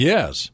Yes